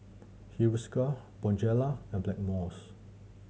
Hiruscar Bonjela and Blackmores